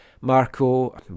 Marco